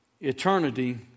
Eternity